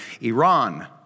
Iran